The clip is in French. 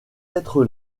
être